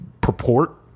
purport